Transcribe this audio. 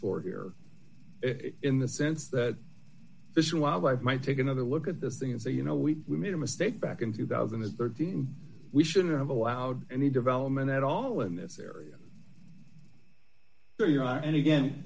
for here in the sense that fish and wildlife might take another look at this thing and say you know we made a mistake back in two thousand and thirteen we shouldn't have allowed any development at all in this area there you are and again